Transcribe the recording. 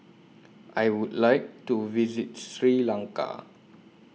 I Would like to visit Sri Lanka